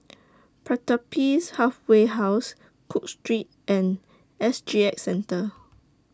Pertapis Halfway House Cook Street and S G X Centre